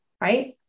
right